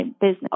business